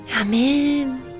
Amen